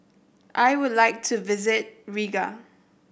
I would like to visit Riga